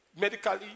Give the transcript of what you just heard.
medically